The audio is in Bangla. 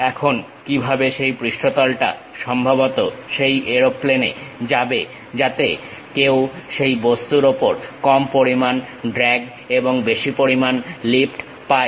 এখন কিভাবে সেই পৃষ্ঠতলটা সম্ভবত সেই এরোপ্লেনে যাবে যাতে কেউ সেই বস্তুর ওপর কম পরিমাণ ড্রাগ এবং বেশি পরিমাণ লিফট পায়